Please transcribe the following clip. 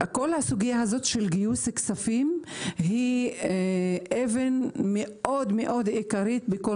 כל הסוגיה של גיוס כספים היא לבנה עיקרית בכל